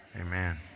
Amen